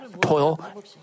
toil